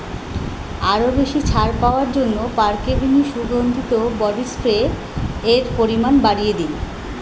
আরও বেশি ছাড় পাওয়ার জন্য পার্ক এভিনিউ সুগন্ধিত বডি স্প্রে এর পরিমাণ বাড়িয়ে দিন